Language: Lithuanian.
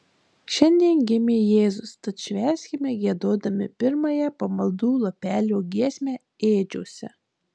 šiandien gimė jėzus tad švęskime giedodami pirmąją pamaldų lapelio giesmę ėdžiose